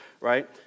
right